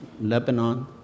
Lebanon